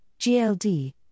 GLD